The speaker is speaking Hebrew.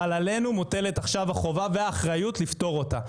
אבל עלינו מוטלת עכשיו החובה והאחריות לפתור אותה,